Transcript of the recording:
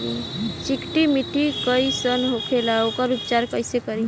चिकटि माटी कई सन होखे ला वोकर उपचार कई से करी?